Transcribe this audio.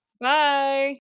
Bye